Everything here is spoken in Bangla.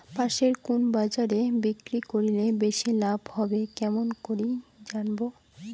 পাশের কুন বাজারে বিক্রি করিলে বেশি লাভ হবে কেমন করি জানবো?